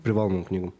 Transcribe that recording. privalomom knygom